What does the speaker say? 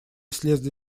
слезли